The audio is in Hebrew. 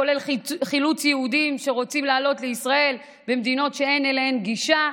כולל חילוץ יהודים שרוצים לעלות לישראל ממדינות שאין אליהן גישה.